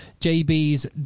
JB's